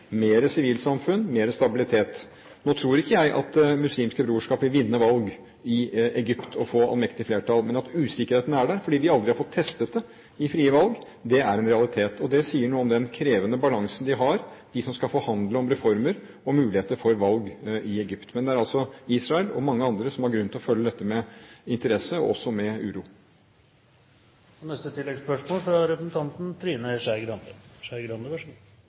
sivilsamfunn, mer stabilitet. Nå tror ikke jeg at Det muslimske brorskap vil vinne valg i Egypt og få allmektig flertall, men usikkerheten er der fordi det er en realitet at de aldri har fått testet det i frie valg. Det sier noe om den krevende balansen de har, de som skal forhandle om reformer og muligheter for valg i Egypt. Men det er altså Israel og mange andre som har grunn til å følge dette med interesse, og også med uro.